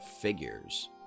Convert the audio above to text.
figures